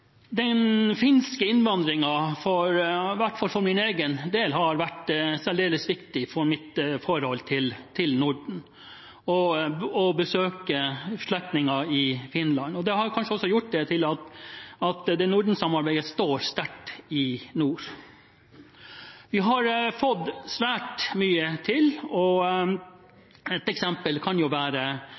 Den finske innvandringen og det å besøke slektninger i Finland har i hvert fall for min egen del vært særdeles viktig for mitt forhold til Norden. Det har kanskje også gjort sitt til at Norden-samarbeidet står sterkt i nord. Vi har fått til svært mye, og ett eksempel kan være